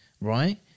Right